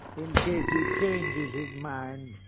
in case he changes his mind.